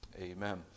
Amen